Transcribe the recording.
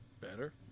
better